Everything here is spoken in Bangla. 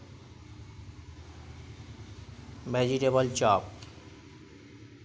vegetable chop